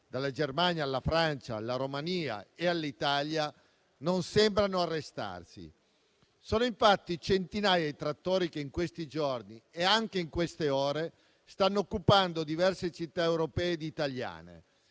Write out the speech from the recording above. dalla Germania alla Francia, alla Romania e all'Italia, non sembrano arrestarsi. Sono infatti centinaia i trattori che in questi giorni e anche in queste ore stanno occupando diverse città europee ed italiane.